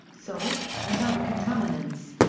salt, and other contaminants.